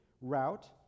route